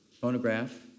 phonograph